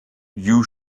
you